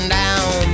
down